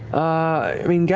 i mean, yeah